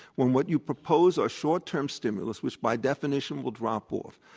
when what you propose are short-term stimulus, which by definition will drop off.